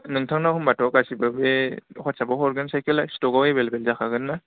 नोंथांनाव होमबाथ' गासिबो बे वाट्सएपआव हरगोन साइकेलआ स्टकआव एभेलेबोल जाखागोन ना